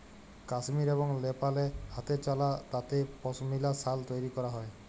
কাশ্মীর এবং লেপালে হাতেচালা তাঁতে পশমিলা সাল তৈরি ক্যরা হ্যয়